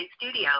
studio